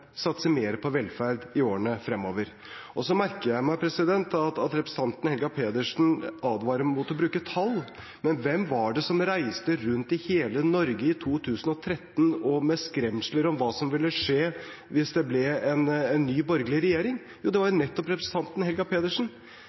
satse mer på velferd i årene fremover. Så merker jeg meg at representanten Helga Pedersen advarer mot å bruke tall. Men hvem var det som reiste rundt i hele Norge i 2013 med skremsler om hva som ville skje hvis det ble en ny borgerlig regjering? Jo, det var nettopp representanten Helga Pedersen.